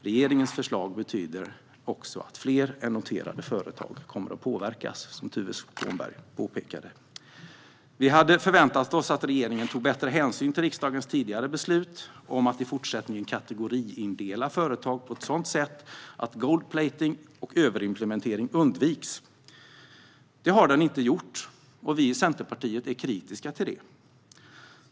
Regeringens förslag betyder också att fler än noterade företag kommer att påverkas, som Tuve Skånberg påpekade. Vi hade förväntat oss att regeringen tog bättre hänsyn till riksdagens tidigare beslut om att i fortsättningen kategoriindela företag på ett sådant sätt att gold-plating och överimplementering undviks. Det har den inte gjort, och vi i Centerpartiet är kritiska till det.